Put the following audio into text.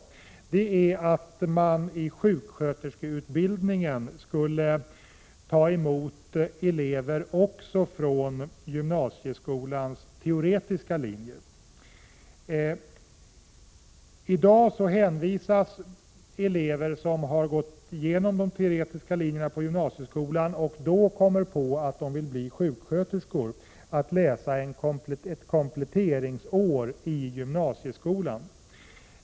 Det är att det i sjuksköterskeutbildningen skulle tas emot elever också från gymnasieskolans teoretiska linjer. I dag hänvisas elever som har gått de teoretiska linjerna på gymnasieskolan och kommer på att de vill bli sjuksköterskor till att läsa ett kompletteringsår i gymnasieskolan.